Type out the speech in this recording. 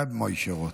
רבי משה רוט,